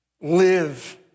Live